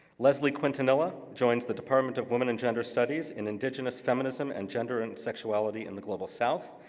leslie quintanilla joins the department of women and gender studies in indigenous feminism and gender and sexuality in the global south.